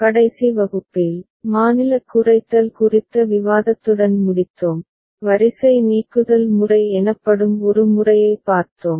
கடைசி வகுப்பில் மாநிலக் குறைத்தல் குறித்த விவாதத்துடன் முடித்தோம் வரிசை நீக்குதல் முறை எனப்படும் ஒரு முறையைப் பார்த்தோம்